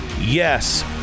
yes